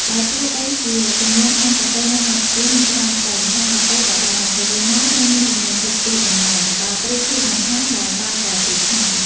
បើទោះបីជាចំនួនហាងកាហ្វេនៅកម្ពុជាមានច្រើនក្តី ហាងកាហ្វេដែលបើក ២៤ ម៉ោងនៅមានចំនួនតិចតួចនៅឡើយ បើប្រៀបធៀបនឹងហាងដែលបើកតែពេលថ្ងៃ។